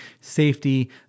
safety